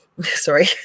Sorry